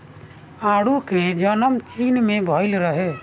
आडू के जनम चीन में भइल रहे